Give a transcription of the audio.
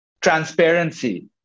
transparency